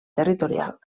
territorial